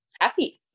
happy